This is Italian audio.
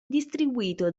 distribuito